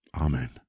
Amen